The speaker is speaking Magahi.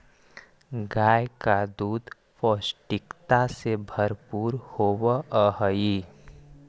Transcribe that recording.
गाय का दूध पौष्टिकता से भरपूर होवअ हई